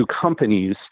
companies